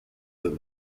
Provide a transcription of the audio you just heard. that